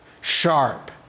sharp